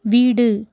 வீடு